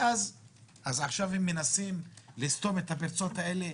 עכשיו מנסים לסתום את הפרצות האלה?